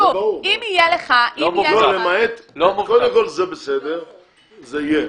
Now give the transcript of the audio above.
קודם כל, זה בסדר, זה יהיה.